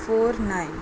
four nine